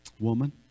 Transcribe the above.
woman